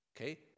Okay